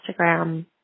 Instagram